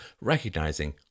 recognizing